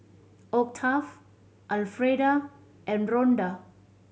Octave Alfreda and Ronda